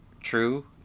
true